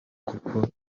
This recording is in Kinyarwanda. kuko